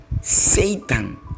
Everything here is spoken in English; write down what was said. satan